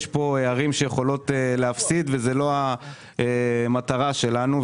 יש פה ערים שיכולות להפסיד וזאת לא המטרה שלנו.